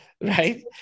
Right